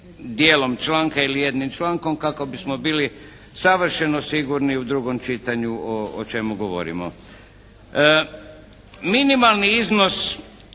dijelom članka ili jednim člankom kako bismo bili savršeno sigurni u drugom čitanju o čemu govorimo. Minimalni iznos